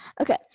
okay